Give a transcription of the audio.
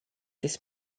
this